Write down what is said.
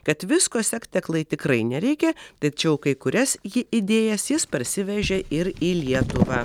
kad visko sekti aklai tikrai nereikia tačiau kai kurias ji idėjas jis parsivežė ir į lietuvą